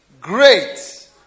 great